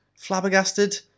flabbergasted